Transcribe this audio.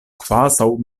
kvazaŭ